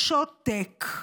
ושותק.